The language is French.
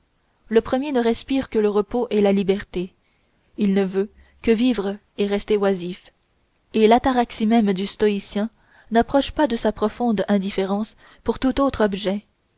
le premier ne respire que le repos et la liberté il ne veut que vivre et rester oisif et l'ataraxie même du stoïcien n'approche pas de sa profonde indifférence pour tout autre objet